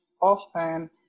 often